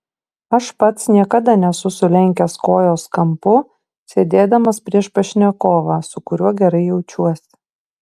aš pats niekada nesu sulenkęs kojos kampu sėdėdamas prieš pašnekovą su kuriuo gerai jaučiuosi